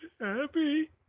happy